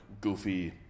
goofy